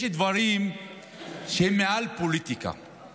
יש דברים שהם מעל פוליטיקה.